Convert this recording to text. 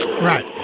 Right